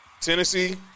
Tennessee